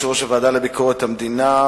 יושב-ראש הוועדה לביקורת המדינה,